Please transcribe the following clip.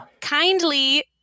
kindly